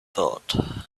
thought